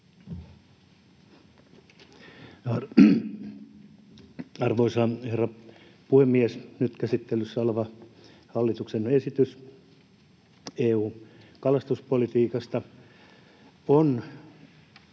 Arvoisa herra puhemies! Nyt käsittelyssä oleva hallituksen esitys EU:n kalastuspolitiikasta on